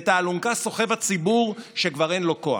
ואת האלונקה סוחב הציבור, שכבר אין לו כוח.